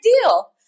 deal